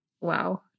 wow